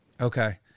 Okay